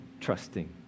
trusting